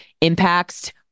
impacts